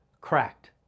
cracked